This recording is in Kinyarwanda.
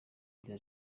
bya